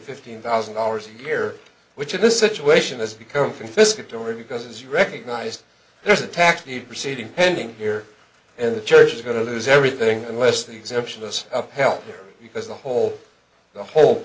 fifteen thousand dollars a year which in this situation has become confiscatory because it's recognized there's a tax the proceeding pending here and the church is going to lose everything unless the exemption is upheld because the whole the whole